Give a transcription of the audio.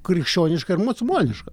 krikščioniška ir musulmoniška